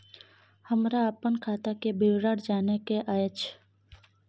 हमरा अपन खाता के विवरण जानय के अएछ?